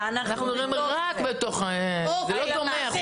ואנחנו אומרים --- זה לא דומה.